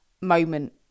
moment